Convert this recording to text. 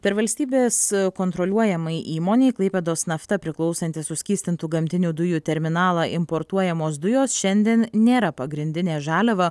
per valstybės kontroliuojamai įmonei klaipėdos nafta priklausantį suskystintų gamtinių dujų terminalą importuojamos dujos šiandien nėra pagrindinė žaliava